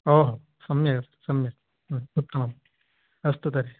ओहो सम्यग् सम्यग् उत्तमम् अस्तु तर्हि